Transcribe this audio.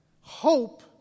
hope